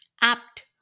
apt